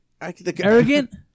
Arrogant